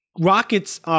Rocket's